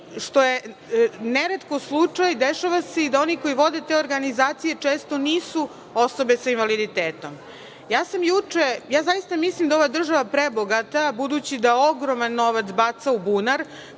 što je neretko slučaj, dešava se i da oni koji vode te organizacije često nisu osobe sa invaliditetom. Zaista mislim da je ova država prebogata, budući da ogroman novac baca u bunar,